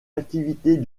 activités